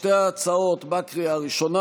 שתי ההצעות בקריאה הראשונה.